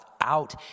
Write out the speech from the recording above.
out